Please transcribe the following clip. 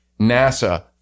NASA